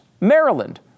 Maryland